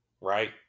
right